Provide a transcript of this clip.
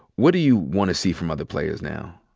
what do you wanna see from other players now,